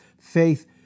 faith